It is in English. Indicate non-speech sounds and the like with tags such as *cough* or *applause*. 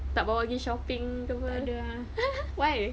tak bawa pergi shopping ke apa *laughs* why